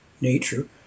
nature